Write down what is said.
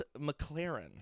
McLaren